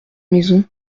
maison